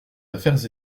affaires